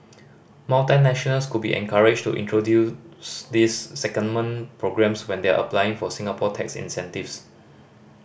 multinationals could be encouraged to introduce these secondment programmes when they are applying for Singapore tax incentives